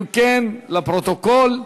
אם כן, לפרוטוקול.